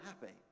happy